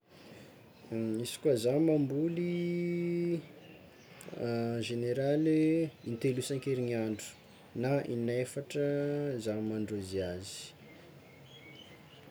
Misy koa zah mamboly, en generaly intelo isan-kerigniandro na in'efatra zah mandrozy azy.